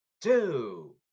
two